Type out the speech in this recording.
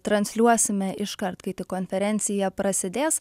transliuosime iškart kai tik konferencija prasidės